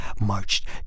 marched